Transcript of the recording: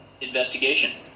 investigation